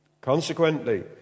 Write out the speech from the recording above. Consequently